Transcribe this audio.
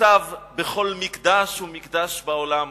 יוצב בכל מקדש ומקדש בעולם.